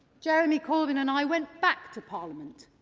jeremy corbyn and i went back to parliament,